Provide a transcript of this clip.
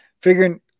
figuring